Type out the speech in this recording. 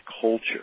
culture